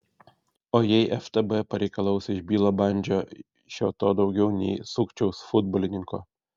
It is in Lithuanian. o jei ftb pareikalaus iš bilo bandžio šio to daugiau nei sukčiaus futbolininko